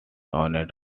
owned